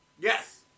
Yes